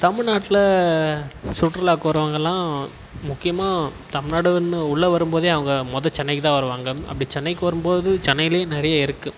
தமிழ்நாட்ல சுற்றுலாவுக்கு வர்றவங்கள்லாம் முக்கியமாக தமிழ்நாடுனு உள்ளே வரும்போதே அவங்க முதல் சென்னைக்கு தான் வருவாங்க அப்படி சென்னைக்கு வரும்போது சென்னையிலேயே நிறைய இருக்குது